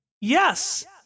Yes